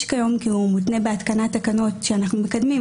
כיום כי הוא מותנה בהתקנת תקנות שאנחנו מקדמים,